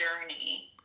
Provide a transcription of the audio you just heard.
journey